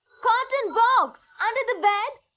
carton box under the bed!